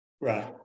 Right